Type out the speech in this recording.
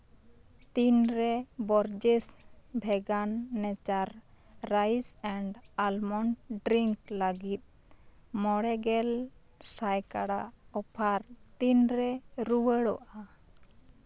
ᱛᱤᱱ ᱨᱮ Borges vegan natural rice and almond drink ᱞᱟᱜᱤᱫ ᱢᱚᱬᱮ ᱜᱮᱞ ᱥᱟᱭᱠᱟᱲᱟ ᱚᱯᱷᱟᱨ ᱛᱤᱱᱨᱮ ᱨᱩᱣᱟᱹᱲᱚᱜᱼᱟ